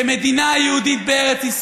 כמדינה יהודית בארץ,